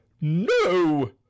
no